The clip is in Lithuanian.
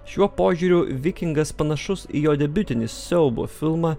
šiuo požiūriu vikingas panašus į jo debiutinį siaubo filmą